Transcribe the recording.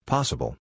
Possible